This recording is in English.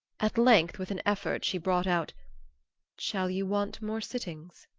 at length, with an effort, she brought out shall you want more sittings?